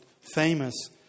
famous